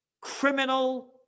criminal